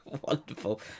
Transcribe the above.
wonderful